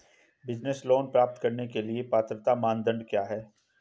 Business loan प्राप्त करने के लिए पात्रता मानदंड क्या हैं?